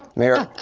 mayor,